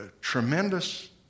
tremendous